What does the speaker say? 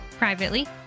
Privately